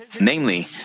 Namely